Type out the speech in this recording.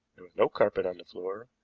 no carpet on the floor,